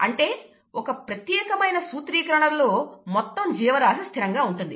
అంటే ఒక ప్రత్యేకమైన సూత్రీకరణ లో మొత్తం జీవరాశి స్థిరంగా ఉంటుంది